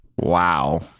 Wow